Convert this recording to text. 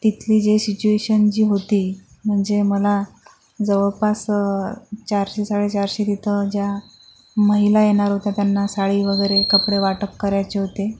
तिथली जी सिच्युएशन जी होती म्हणजे मला जवळपास चारशे साडेचारशे तिथं ज्या महिला येणार होत्या त्यांना साडी वगैरे कपडे वाटप करायचे होते